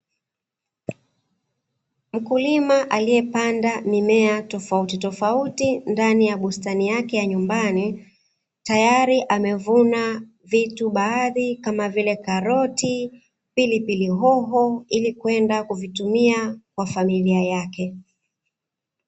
Mkulima aliyepanda mimea tofauti tofauti ndani ya bustani yake ya nyumbani, tayari amevuna vitu baadhi kama vile karoti, pilipili hoho ili kwenda kuvitumia kwa familia yake.